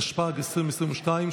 התשפ"ג 2022,